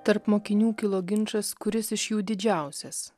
tarp mokinių kilo ginčas kuris iš jų didžiausias